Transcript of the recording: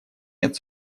нет